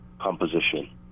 composition